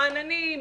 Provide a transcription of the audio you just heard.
רעננים,